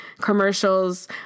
commercials